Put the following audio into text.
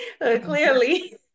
Clearly